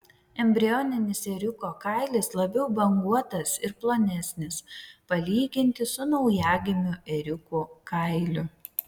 embrioninis ėriuko kailis labiau banguotas ir plonesnis palyginti su naujagimių ėriukų kailiu